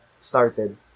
started